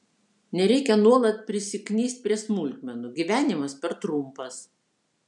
nereikia nuolat prisiknist prie smulkmenų gyvenimas per trumpas